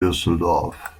düsseldorf